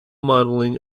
modelling